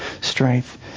strength